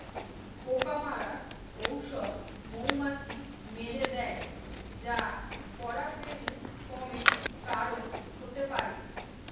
পোকা মারার ঔষধ মৌমাছি মেরে দ্যায় যা পরাগরেণু কমের কারণ হতে পারে